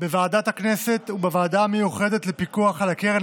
בוועדות הכנסת ובוועדה המיוחדת לפיקוח על הקרן